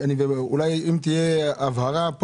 אולי אם תהיה פה הבהרה,